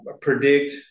predict